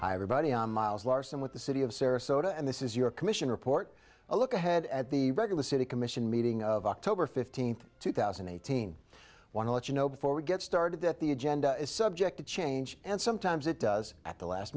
everybody on miles larsen with the city of sarasota and this is your commission report a look ahead at the regular city commission meeting of october fifteenth two thousand and eighteen want to let you know before we get started that the agenda is subject to change and sometimes it does at the last